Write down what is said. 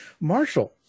Marshall